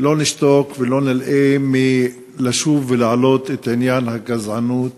לא נשתוק ולא נלאה מלשוב ולהעלות את עניין הגזענות